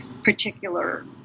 particular